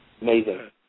Amazing